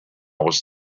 was